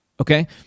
okay